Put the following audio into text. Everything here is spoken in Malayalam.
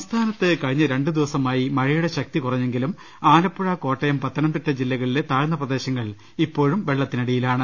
സംസ്ഥാനത്ത് ക്ഴിഞ്ഞ രണ്ടുദിവസമായി മഴയുടെ ശക്തി കുറ ഞ്ഞെങ്കിലും ആല്പ്പുഴ കോട്ടയം പത്തനംതിട്ട ജില്ലകളിലെ താഴ്ന്ന പ്രദേശങ്ങൾ ഇപ്പോഴും വെള്ളത്തിനടിയിലാണ്